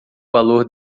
valor